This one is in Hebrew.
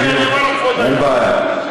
אין בעיה.